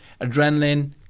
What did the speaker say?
adrenaline